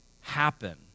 happen